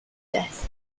death